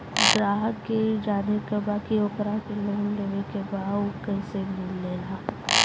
ग्राहक के ई जाने के बा की ओकरा के लोन लेवे के बा ऊ कैसे मिलेला?